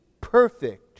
perfect